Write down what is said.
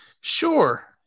Sure